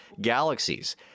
galaxies